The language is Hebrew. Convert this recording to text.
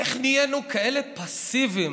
איך נהיינו כאלה פסיביים?